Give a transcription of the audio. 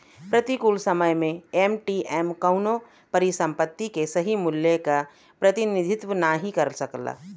प्रतिकूल समय में एम.टी.एम कउनो परिसंपत्ति के सही मूल्य क प्रतिनिधित्व नाहीं कर सकला